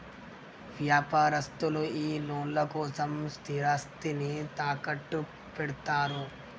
వ్యాపారస్తులు ఈ లోన్ల కోసం స్థిరాస్తిని తాకట్టుపెడ్తరు